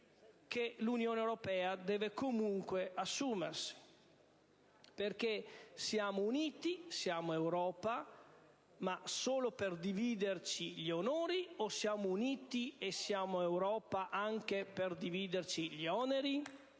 che l'Unione europea deve comunque assumersi. Perché siamo uniti, siamo Europa, ma solo per dividerci gli onori, o siamo uniti e siamo Europa anche per dividerci gli oneri?